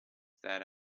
that